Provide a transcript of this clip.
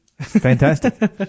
Fantastic